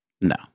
No